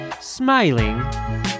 smiling